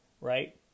right